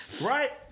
Right